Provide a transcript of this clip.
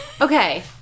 Okay